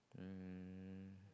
um